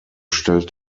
stellt